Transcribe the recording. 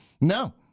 no